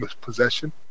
possession